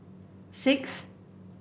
six